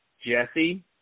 Jesse